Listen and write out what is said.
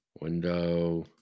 window